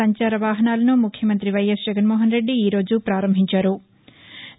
సంచార వాహనాలను ముఖ్యమంత్రి వైఎస్ జగన్మోహన్రెడ్డి ఈరోజు పారంభించారు